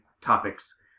topics